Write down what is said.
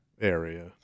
area